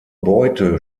beute